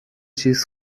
چیز